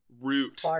root